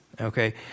okay